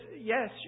yes